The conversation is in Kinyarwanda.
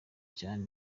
cyane